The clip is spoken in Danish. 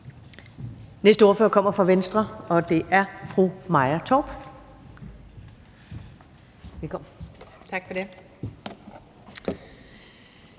Næste ordfører kommer fra Venstre, og det er fru Heidi Bank.